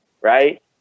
right